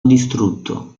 distrutto